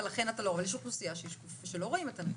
יש אוכלוסייה שלא רואים את הנכות.